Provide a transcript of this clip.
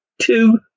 two